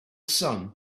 sun